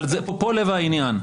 פה לב העניין,